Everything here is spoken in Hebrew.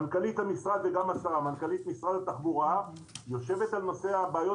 מנכ"לית משרד התחבורה יושבת על נושא הבעיות